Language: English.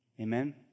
Amen